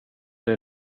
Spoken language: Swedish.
det